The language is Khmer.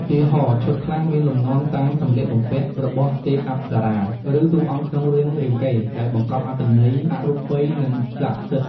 ឧទាហរណ៍ ឈុតខ្លះមានលំនាំតាមសម្លៀកបំពាក់របស់ទេពអប្សរា ឬតួអង្គក្នុងរឿងរាមកេរ្តិ៍ ដែលបង្កប់អត្ថន័យអរូបី និងស័ក្តិសិទ្ធិ។